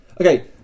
Okay